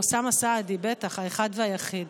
אוסאמה סעדי, בטח, האחד והיחיד.